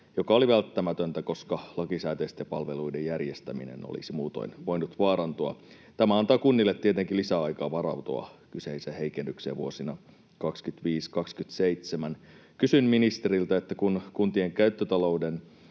joka oli välttämätöntä, koska lakisääteisten palveluiden järjestäminen olisi muutoin voinut vaarantua. Tämä antaa kunnille tietenkin lisäaikaa varautua kyseiseen heikennykseen vuosina 25—27. Kysyn ministeriltä: kun kuntien käyttötalouden